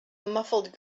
muffled